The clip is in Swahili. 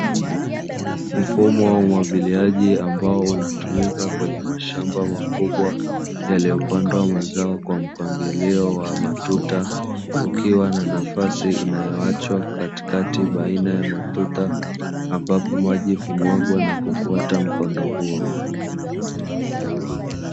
Mfumo wa umwagiliaji, ambao unatumika kwenye mashamba makubwa yaliyopandwa mazao kwa mpangilio wa matuta kukiwa na nafasi inayoachwa katikati baina ya matuta ambapo maji kumwagwa na kufuata mkondo huo.